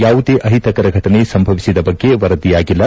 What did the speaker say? ಯಾವುದೇ ಅಹಿತಕರ ಫಟನೆ ಸಂಭವಿಸಿದ ಬಗ್ಗೆ ವರದಿಯಾಗಿಲ್ಲ